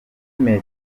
metero